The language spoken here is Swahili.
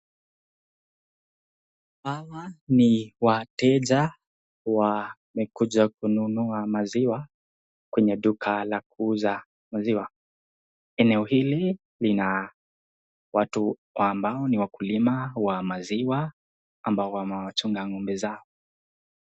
Hawa ni wateja wamekuja kununua maziwa kwenye duka la kuuza maziwa, eneo hili lina watu ambao ni wakulima wa maziwa ambao wamejunga ng'ombe zao.